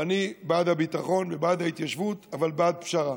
ואני בעד הביטחון ובעד ההתיישבות, אבל בעד פשרה.